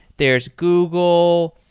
there's google.